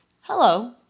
hello